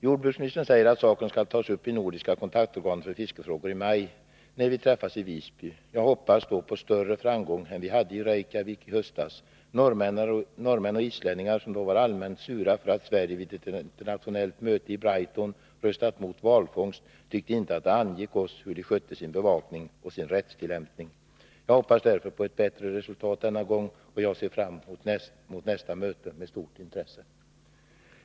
Jordbruksministern säger att saken skall tas upp i Nordiska kontaktorganet för fiskefrågor i maj, när vi träffas i Visby. Jag hoppas på större framgång då än den vi hade i Reykjavik i höstas. Norrmän och islänningar, som då var allmänt sura för att Sverige vid ett internationellt möte i Brighton röstat mot valfångst, tyckte inte att det angick oss hur de skötte sin bevakning och sin rättstillämpning. Jag hoppas därför på ett bättre resultat denna gång, och jag ser fram mot nästa möte med stort intresse.